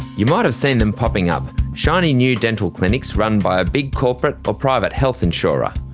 you might have seen them popping up shiny new dental clinics run by a big corporate or private health insurer.